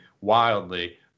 wildly